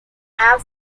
have